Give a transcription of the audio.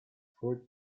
four